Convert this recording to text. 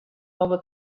nuovo